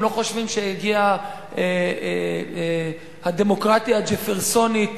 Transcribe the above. הם לא חושבים שהגיעה הדמוקרטיה הג'פרסונית